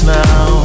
now